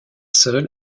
seul